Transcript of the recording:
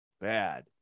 bad